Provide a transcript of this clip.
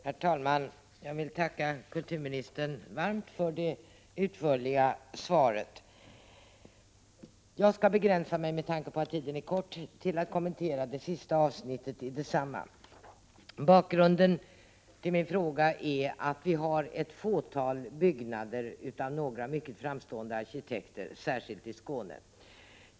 Herr talman! Jag vill tacka kulturministern varmt för det utförliga svaret. Jag skall, med tanke på att tiden är kort, begränsa mig till att kommentera det sista avsnittet i detsamma. Bakgrunden till min fråga är att vi har ett fåtal byggnader av några mycket — Prot. 1987/88:33 framstående arkitekter särskilt i Skåne, som är synnerligen väl värda att 27 november 1987 bevara.